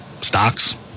stocks